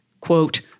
quote